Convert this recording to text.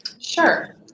Sure